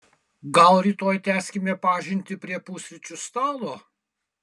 gal rytoj tęskime pažintį prie pusryčių stalo